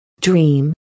Dream